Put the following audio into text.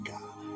God